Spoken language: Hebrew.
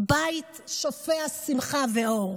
בית שופע שמחה ואור.